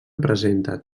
presenta